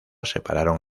separaron